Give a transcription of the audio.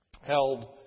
held